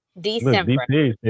december